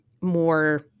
more